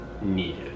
needed